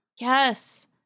Yes